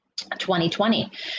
2020